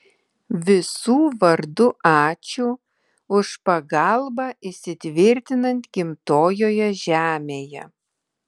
visų vardu ačiū už pagalbą įsitvirtinant gimtojoje žemėje